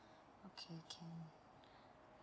okay can